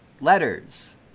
letters